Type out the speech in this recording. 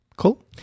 Cool